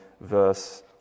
verse